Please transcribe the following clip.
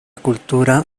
cultura